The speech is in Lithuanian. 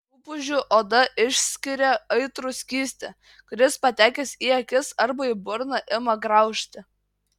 rupūžių oda išskiria aitrų skystį kuris patekęs į akis arba į burną ima graužti